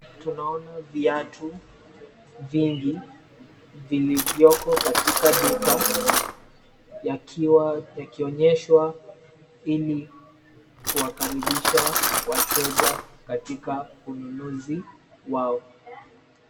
Tunaona viatu vingi vilivyoko katika duka yakiwa yakionyeshwa ili kuwakaribisha wateja katika ununuzi wao.